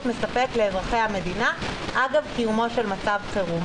מספק לאזרחי המדינה אגב קיומו של מצב חירום.